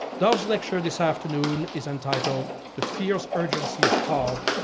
dov's lecture this afternoon is entitled the fierce urgency of how.